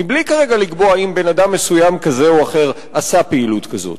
בלי לקבוע כרגע אם בן-אדם מסוים כזה או אחר עשה פעילות כזאת,